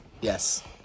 Yes